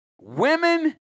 women